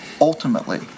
Ultimately